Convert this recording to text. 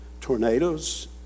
tornadoes